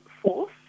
fourth